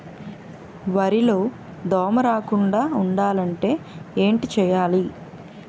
వరిలో దోమ రాకుండ ఉండాలంటే ఏంటి చేయాలి?